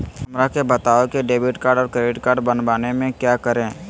हमरा के बताओ की डेबिट कार्ड और क्रेडिट कार्ड बनवाने में क्या करें?